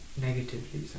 negatively